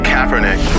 Kaepernick